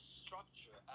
structure